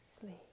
sleep